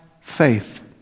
faith